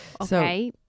Okay